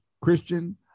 Christian